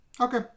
Okay